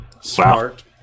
Smart